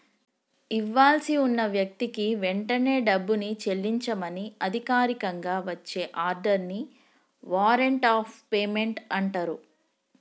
ఇవ్వాల్సి ఉన్న వ్యక్తికి వెంటనే డబ్బుని చెల్లించమని అధికారికంగా వచ్చే ఆర్డర్ ని వారెంట్ ఆఫ్ పేమెంట్ అంటరు